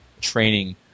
training